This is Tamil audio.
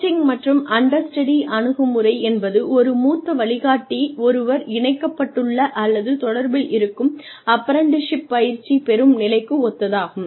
கோச்சிங்க் மற்றும் அண்டர்ஸ்டடி அணுகுமுறை என்பது ஒரு மூத்த வழிகாட்டி ஒருவர் இணைக்கப்பட்டுள்ள அல்லது தொடர்பில் இருக்கும் அப்ரண்டிஸ்ஷிப் பயிற்சி பெறும் நிலைக்கு ஒத்ததாகும்